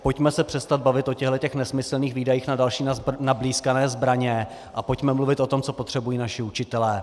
Pojďme se přestat bavit o těchto nesmyslných výdajích na další nablýskané zbraně a pojďme mluvit o tom, co potřebují naši učitelé.